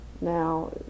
Now